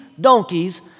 donkeys